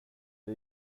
det